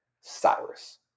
Cyrus